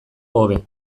hobe